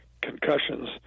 concussions